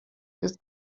jest